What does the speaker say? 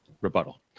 rebuttal